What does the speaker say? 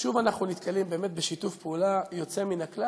שוב אנחנו נתקלים באמת בשיתוף פעולה יוצא מן הכלל.